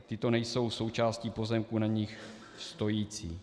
Tyto nejsou součástí pozemků, na nichž stojí.